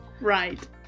Right